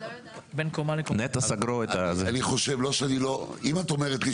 אם את אומרת לי